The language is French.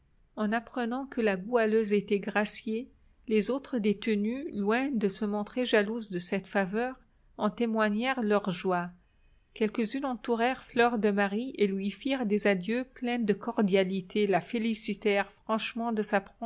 en apprenant que la goualeuse était graciée les autres détenues loin de se montrer jalouses de cette faveur en témoignèrent leur joie quelques-unes entourèrent fleur de marie et lui firent des adieux pleins de cordialité la félicitèrent franchement de sa